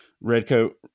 Redcoat